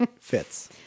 fits